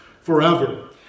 forever